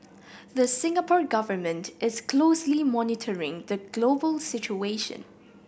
the Singapore Government is closely monitoring the global situation